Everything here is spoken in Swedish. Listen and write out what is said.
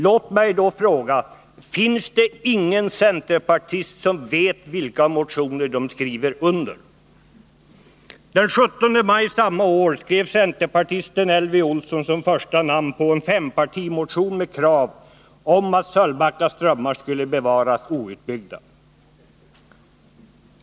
Låt mig då fråga: Finns det ingen centerpartist som vet vilka motioner han skriver under? Den 17 maj samma år skrev centerpartisten Elvy Olsson som första ledamot på en fempartimotion med krav att Sölvbacka strömmar skulle bevaras outbyggda.